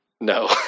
No